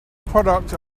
product